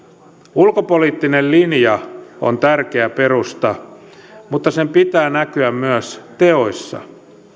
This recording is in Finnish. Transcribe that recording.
ulkopoliittinen linja on tärkeä perusta mutta sen pitää näkyä myös teoissa